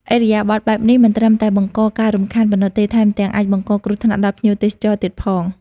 ឥរិយាបថបែបនេះមិនត្រឹមតែបង្កការរំខានប៉ុណ្ណោះទេ ថែមទាំងអាចបង្កគ្រោះថ្នាក់ដល់ភ្ញៀងទេសចរទៀតផង។